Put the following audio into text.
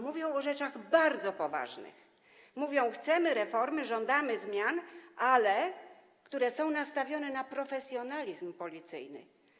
Mówią o rzeczach bardzo poważnych, mówią: chcemy reformy, żądamy zmian, ale takich, które są nastawione na profesjonalizm policyjny.